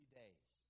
days